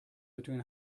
between